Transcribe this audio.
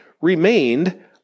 remained